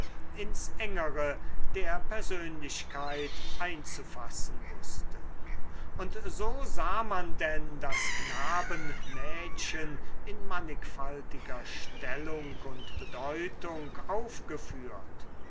ins engere der persönlichkeit einzufassen wußte und so sah man denn das knaben mädchen in mannigfaltiger stellung und bedeutung aufgeführt